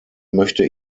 möchte